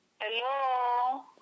Hello